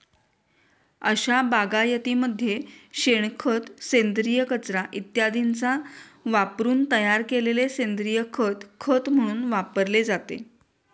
अशा बागायतीमध्ये शेणखत, सेंद्रिय कचरा इत्यादींचा वापरून तयार केलेले सेंद्रिय खत खत म्हणून वापरले जाते